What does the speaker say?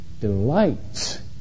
delights